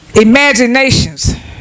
imaginations